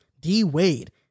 D-Wade